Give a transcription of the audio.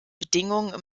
bedingungen